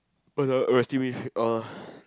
where got resting bitch face oh